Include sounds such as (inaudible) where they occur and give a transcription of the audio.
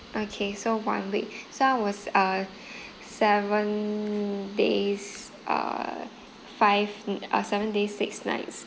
okay so one week this [one] was uh seven days uh five (noise) uh seven days six nights